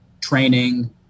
training